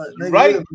Right